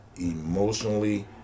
emotionally